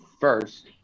first